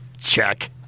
check